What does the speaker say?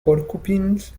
porcupines